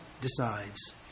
decides